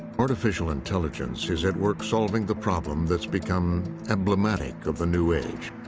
artificial intelligence is at work solving the problem that's become emblematic of the new age,